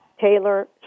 Taylor